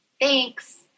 thanks